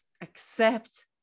accept